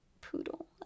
poodle